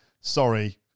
sorry